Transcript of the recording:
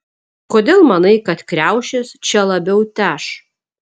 kodėl manai kad kriaušės čia labiau teš